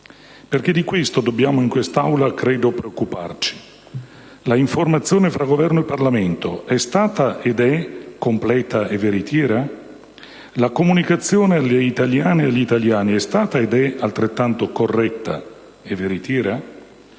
Di questo dobbiamo in quest'Aula, credo, preoccuparci: la informazione fra Governo e Parlamento è stata ed è completa e veritiera? La comunicazione alle italiane e agli italiani è stata ed è altrettanto corretta e veritiera?